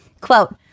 Quote